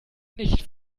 nicht